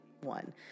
one